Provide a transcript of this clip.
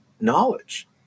knowledge